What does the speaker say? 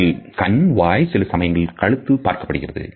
இதில் கண் வாய் சில சமயங்களில் கழுத்து பார்க்கப்படுகிறது